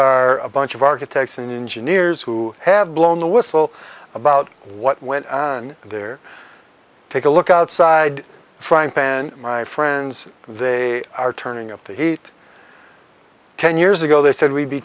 are a bunch of architects and engineers who have blown the whistle about what went on there take a look outside frying pan my friends they are turning up the heat ten years ago they said we'd be